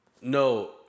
No